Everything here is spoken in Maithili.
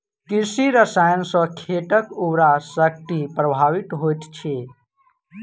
कृषि रसायन सॅ खेतक उर्वरा शक्ति प्रभावित होइत अछि